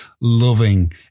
loving